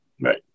Right